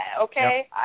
Okay